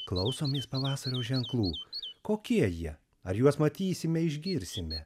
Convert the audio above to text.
klausomės pavasario ženklų kokie jie ar juos matysime išgirsime